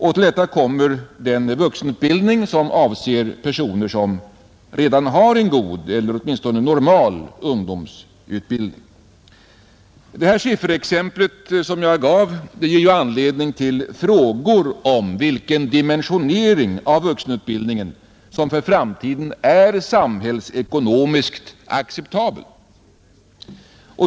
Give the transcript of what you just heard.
Till detta kommer den vuxenutbildning som avser personer som redan har en god eller åtminstone normal ungdomsutbildning. De sifferexempel som jag gav ger anledning till frågor om vilken dimensionering av vuxenutbildningen som för framtiden är samhällsekonomiskt acceptabel.